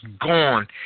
gone